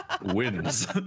wins